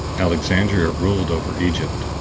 alexandria ruled over egypt,